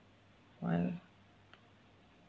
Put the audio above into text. why